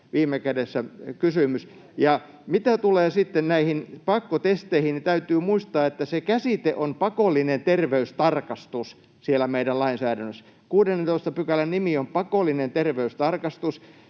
viime kädessä kysymys. Ja mitä tulee sitten näihin pakkotesteihin, niin täytyy muistaa, että se käsite on ”pakollinen terveystarkastus” siellä meidän lainsäädännössä, 16 §:n nimi on ”Pakollinen terveystarkastus”.